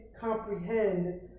comprehend